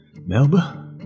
Melba